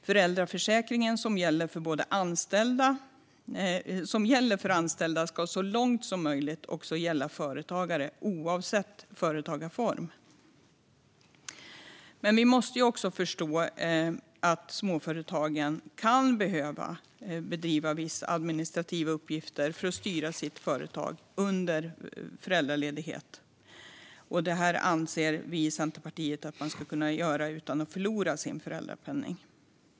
Föräldraförsäkringen, som gäller för anställda, ska så långt som möjligt också gälla företagare, oavsett företagsform. Men vi måste också förstå att småföretagare kan behöva hantera vissa administrativa uppgifter för att styra sitt företag under föräldraledighet. Det anser vi i Centerpartiet att man ska kunna göra utan att förlora sin föräldrapenning.